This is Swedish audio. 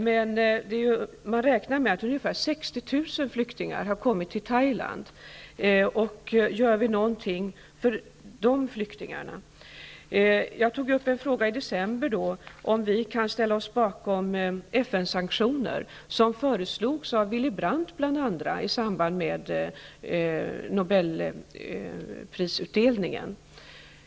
Men man räknar med att ungefär 60 000 flyktingar har kommit till Thailand. Gör vi någonting för de flyktingarna? Jag frågade i december om vi kan ställa oss bakom Brandt i samband med Nobelprisutdelningen.